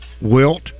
Wilt